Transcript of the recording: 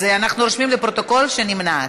אז אנחנו רושמים לפרוטוקול שנמנעת.